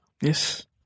Yes